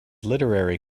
literary